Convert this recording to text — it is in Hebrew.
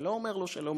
ולא אומר לו: שלום,